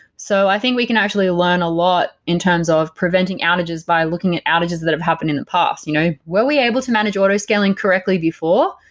so i think we can actually learn a lot in terms of preventing outages by looking at outages that have happened in the past. you know were we able to manage auto scaling correctly before?